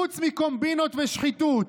חוץ מקומבינות ושחיתות.